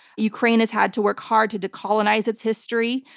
ukraine has had to work hard to decolonize its history.